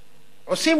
עושים לו טובה,